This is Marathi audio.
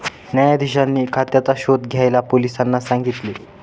न्यायाधीशांनी खात्याचा शोध घ्यायला पोलिसांना सांगितल